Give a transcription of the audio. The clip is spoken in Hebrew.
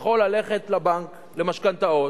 יכול ללכת לבנק למשכנתאות,